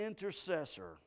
intercessor